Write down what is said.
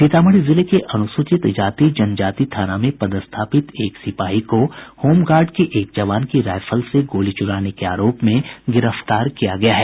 सीतामढ़ी जिले के अनुसूचित जाति जनजाति थाना में पदस्थापित एक सिपाही को होमगार्ड के एक जवान की रायफल से गोली चुराने के आरोप में गिरफ्तार किया गया है